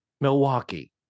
Milwaukee